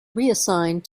reassigned